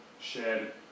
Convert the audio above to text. shared